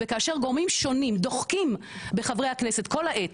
"..וכאשר גורמים שונים דוחקים בחברי הכנסת כל העת,